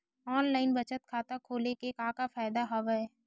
online बचत खाता खोले के का का फ़ायदा हवय